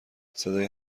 صدای